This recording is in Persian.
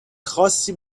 خاصی